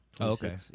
okay